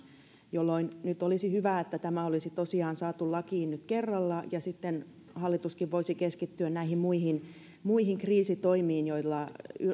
nyt olisi hyvä että tämä olisi tosiaan saatu lakiin nyt kerralla ja sitten hallituskin voisi keskittyä näihin muihin muihin kriisitoimiin joilla